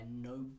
no